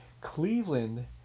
Cleveland